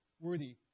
worthy